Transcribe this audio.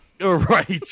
Right